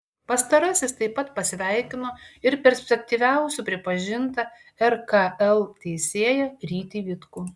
pastarasis taip pat pasveikino ir perspektyviausiu pripažintą rkl teisėją rytį vitkų